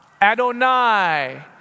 Adonai